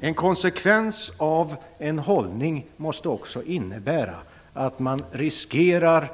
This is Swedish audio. En konsekvens av en hållning måste innebära att man riskerar